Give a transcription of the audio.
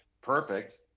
perfect